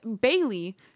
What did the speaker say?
Bailey